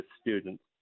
students